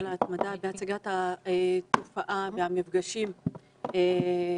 על ההתמדה בהצגת התופעה ועל המפגשים בעניין